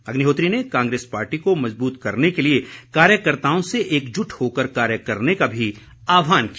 अग्निहोत्री ने कांग्रेस पार्टी को मजबूत करने के लिए कार्यकर्ताओं से एकजुट होकर कार्य करने का भी आहवान किया